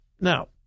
Now